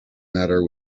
matter